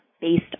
based